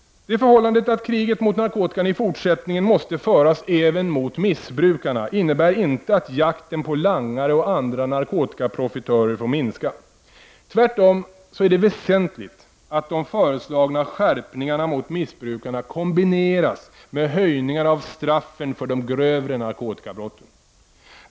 Det förhållandet att kriget mot narkotikan i fortsättningen måste föras även mot missbrukarna, innebär inte att jakten på langare och andra narkotikaprofitörer får minska. Tvärtom är det väsentligt att de föreslagna skärpningarna mot missbrukarna kombineras med höjningar av straffen för de grövre narkotikabrotten.